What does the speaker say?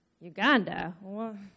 Uganda